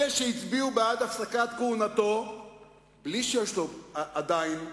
אלה שהצביעו בעד הפסקת כהונתו בלי שיש נגדו עדיין כתב-אישום: